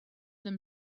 them